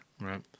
Right